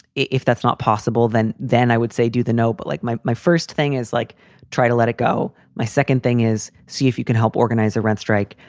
if that's not possible, then then i would say do the no but like my my first thing is like try to let it go. my second thing is see if you can help organize a rent strike.